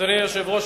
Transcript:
אדוני היושב-ראש,